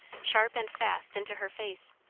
sharp and fast, into her face.